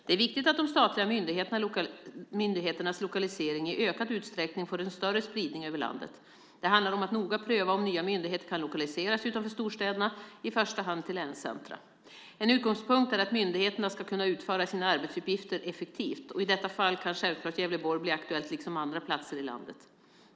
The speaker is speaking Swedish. Det är viktigt att de statliga myndigheternas lokalisering i ökad utsträckning får en större spridning över landet. Det handlar om att noga pröva om nya myndigheter kan lokaliseras utanför storstäderna, i första hand till länscentrum. En utgångspunkt är att myndigheterna ska kunna utföra sina arbetsuppgifter effektivt. I detta fall kan självklart Gävleborg bli aktuellt, liksom andra platser i landet.